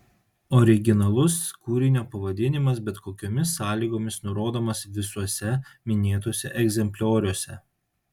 originalus kūrinio pavadinimas bet kokiomis sąlygomis nurodomas visuose minėtuose egzemplioriuose